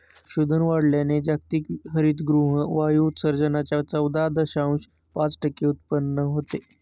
पशुधन वाढवल्याने जागतिक हरितगृह वायू उत्सर्जनाच्या चौदा दशांश पाच टक्के उत्पन्न होते